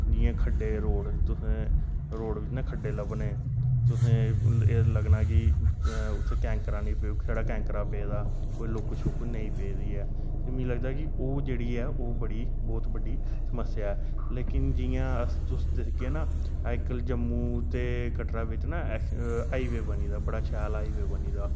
जि'यां खड्डे रोड़ जि'यां रोड़ च खड्डे लब्भने तुसें गी एह् लग्गना कि उत्थै कैंकरा नेईं छड़ा कैंकरा पेदा कोई लुक शुक नेईं पेदी ऐ मीं लगदा कि ओह् जेहड़ी एह् ओह बड़ी बहुत बड्ड़ी समस्या ऐ जि'यां अस तुस दिखगे ना अजकल जम्मू ते कटरा बिच ना हाईबेऽ बनी गेदा शैल हाईबेऽ बनी गेदा